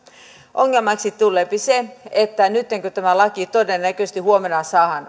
ongelmaksi tuleepi se että nytten kun tämä laki todennäköisesti huomenna saadaan